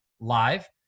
live